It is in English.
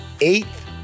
eighth